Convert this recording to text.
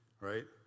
right